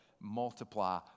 multiply